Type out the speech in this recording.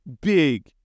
big